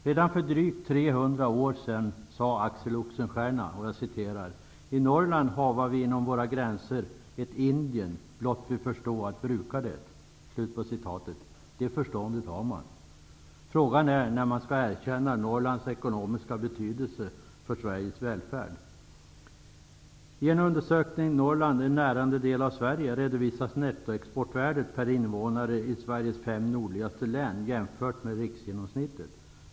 Redan för drygt 300 år sedan sade Axel Oxenstierna: ''I Norrland hava vi inom våra gränser ett Indien, blott vi förstå att bruka det.'' Det förståndet har man. Frågan är när Norrlands ekonomiska betydelse för Sveriges välfärd skall erkännas. Sverige'' redovisas nettoexportvärdet per invånare i Sveriges fem nordligaste län jämfört med riksgenomsnittet.